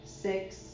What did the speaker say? six